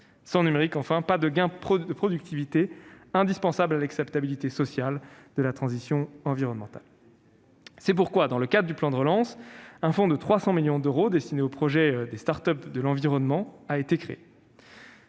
sans numérique, enfin, pas de gains de productivité indispensables à l'acceptabilité sociale de la transition environnementale. C'est pourquoi, dans le cadre du plan de relance, un fonds de 300 millions d'euros destiné aux projets des start-up de l'environnement a été créé.